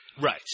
Right